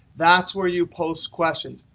that's where you post questions.